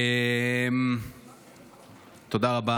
תודה רבה